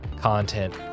Content